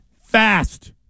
fast